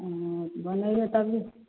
हूँ बनेबै तभी